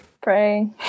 pray